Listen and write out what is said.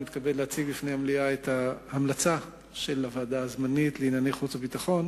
אני מתכבד להציג בפני המליאה את ההמלצה של ועדת החוץ והביטחון